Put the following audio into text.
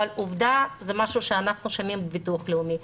אבל זה משהו שאנחנו שומעים בביטוח לאומי.